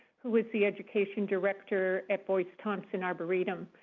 who with the education director at boyce thompson arboretum.